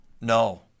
No